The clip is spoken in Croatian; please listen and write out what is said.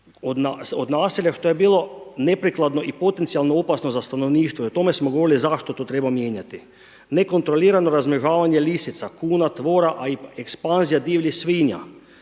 od naselja, što je bilo neprikladno i potencijalno opasno za stanovništvo i o tome smo govorili zašto to treba mijenjati. Nekontrolirano razmnožavanje lisica, kuna, tvora a i ekspanzija divljih svinja